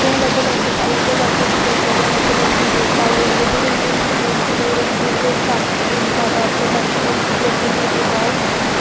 तुसीं अलग अलग अलग अलग ओह् बी करी सकदे ओ अलग अलग वीडियोज पाओ जेह्ड़ी जेह्ड़ी जिस जिस कम्म च तुस जादा प्रोफैशन ओ ओह्कड़ी ओह्कड़ी वीडियो पाओ